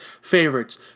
Favorites